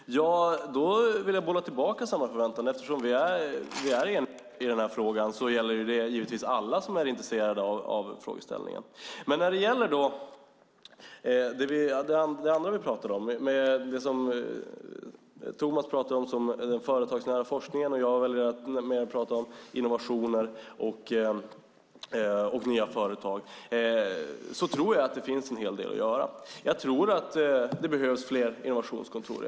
Fru talman! Då vill jag bolla tillbaka samma förväntan. Eftersom vi är eniga i den här frågan gäller det givetvis alla som är intresserade av frågeställningen. När det däremot gäller det andra vi pratade om, det som Thomas talar om som den företagsnära forskningen och jag väljer att mer prata om innovationer och nya företag, tror jag att det finns en hel del att göra. Jag tror att det behövs fler innovationskontor.